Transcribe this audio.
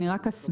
אני רק אסביר,